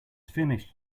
finished